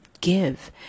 give